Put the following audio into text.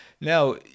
Now